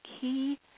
key